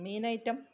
മീൻ item